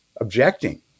objecting